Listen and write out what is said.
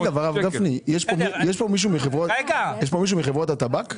דרך אגב, יש כאן מישהו מחברות הטבק?